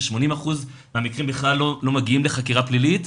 ש-80% מהמקרים בכלל לא מגיעים לחקירה פלילית,